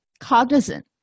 Cognizant